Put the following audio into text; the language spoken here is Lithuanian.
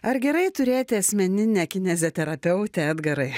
ar gerai turėti asmeninę kineziterapeutę edgarai